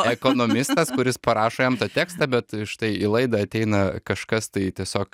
ekonomistas kuris parašo jam tą tekstą bet štai į laidą ateina kažkas tai tiesiog